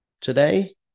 today